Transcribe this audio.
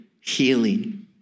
healing